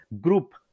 group